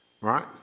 Right